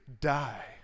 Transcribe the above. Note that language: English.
die